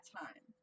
time